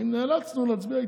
נאלצנו להצביע איתם.